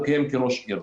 הוא כיהן כראש עיר.